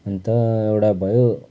अन्त एउटा भयो